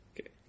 Okay